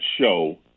show